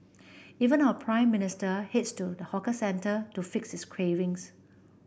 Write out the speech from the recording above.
even our Prime Minister heads to the hawker centre to fix his cravings